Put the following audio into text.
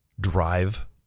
drive